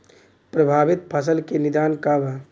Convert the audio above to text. प्रभावित फसल के निदान का बा?